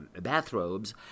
bathrobes